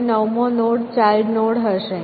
પછી નવમો node child node હશે